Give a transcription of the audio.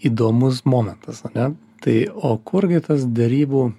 įdomus momentas ane tai o kurgi tas derybų